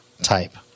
type